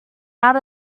out